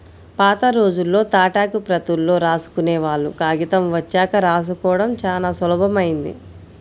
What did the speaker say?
పాతరోజుల్లో తాటాకు ప్రతుల్లో రాసుకునేవాళ్ళు, కాగితం వచ్చాక రాసుకోడం చానా సులభమైంది